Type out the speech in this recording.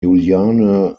juliane